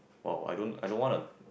!wow! I don't I don't wanna